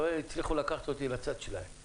אתה רואה, הצליחו לקחת אותי לצד שלהם.